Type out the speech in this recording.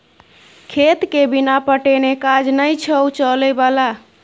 खेतके बिना पटेने काज नै छौ चलय बला